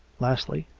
lastly,